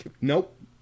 nope